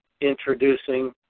introducing